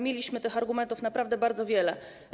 Mieliśmy tych argumentów naprawdę bardzo wiele.